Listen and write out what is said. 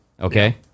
okay